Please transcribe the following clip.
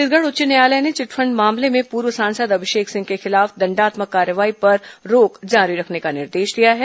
छत्तीसगढ़ उच्च न्यायालय ने चिटफंड मामले में पूर्व सांसद अभिषेक सिंह के खिलाफ दंडात्मक कार्रवाई पर रोक जारी रखने का आदेश दिया है